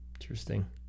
Interesting